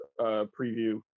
preview